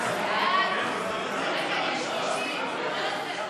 סעיפים 1 6 נתקבלו.